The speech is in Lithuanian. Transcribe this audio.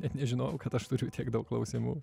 net nežinojau kad aš turiu tiek daug klausimų